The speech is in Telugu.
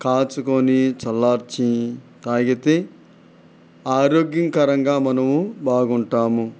కాచుకొని చల్లార్చి తాగితే ఆరోగ్యకరంగా మనము బాగుంటాము